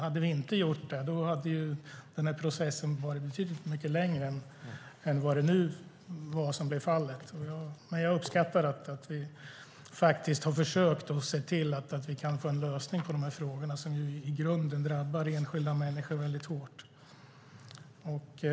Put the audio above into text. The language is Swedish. Hade vi inte gjort det hade processen varit betydligt mycket längre än vad som nu blev fallet. Jag uppskattar dock att vi faktiskt har försökt att se till att vi kan få en lösning på dessa frågor, som ju i grunden drabbar enskilda människor väldigt hårt.